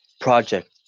project